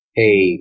hey